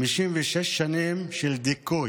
56 שנים של דיכוי,